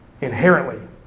Inherently